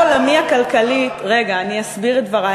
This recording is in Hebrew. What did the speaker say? בתפיסת עולמי הכלכלית, רגע, אני אסביר את דברי.